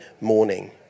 morning